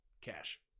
Cash